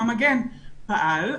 המגן פעל,